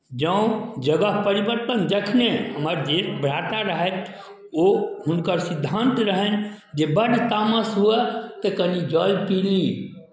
जँ जगह परिवर्तन जखनहि हमर जे भ्राता रहथि ओ हुनकर सिद्धान्त रहनि जे बड्ड तामस हुए तऽ कनि जल पी ली